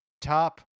top